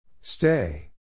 Stay